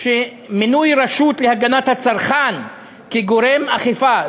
את מינוי הרשות להגנת הצרכן כגורם אכיפה,